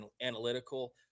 analytical